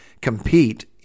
compete